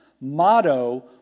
motto